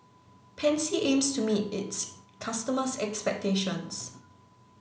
pansy aims to meet its customers' expectations